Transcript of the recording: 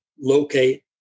locate